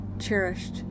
cherished